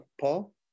Paul